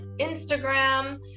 Instagram